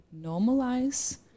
normalize